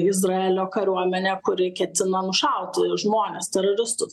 izraelio kariuomenė kuri ketino nušauti žmonės teroristus